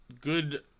good